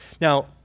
Now